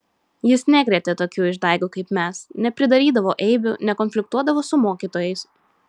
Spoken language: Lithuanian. jis nekrėtė tokių išdaigų kaip mes nepridarydavo eibių nekonfliktavo su mokytojais